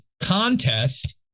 contest